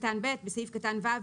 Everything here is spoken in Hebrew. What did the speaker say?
"(ב)בסעיף קטן (ו),